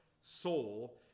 soul